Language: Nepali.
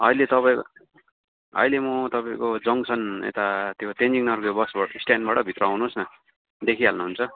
अहिले तपाईँ अहिले म तपाईँको जङ्गसन यता त्यो तेन्जिङ नोर्गे बसबाट स्ट्यान्डबाट भित्र आउनुहोस् न देखिहाल्नु हुन्छ